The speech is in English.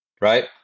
Right